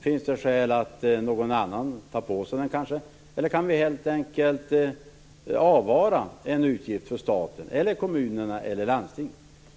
Finns det skäl att någon annan kanske tar på sig den, eller kan man helt enkelt avvara en utgift för staten, eller för kommunerna eller för landstingen?